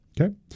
Okay